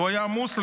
הוא היה מוסלמי.